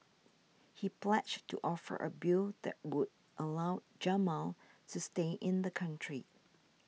he pledged to offer a bill that would allow Jamal to stay in the country